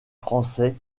français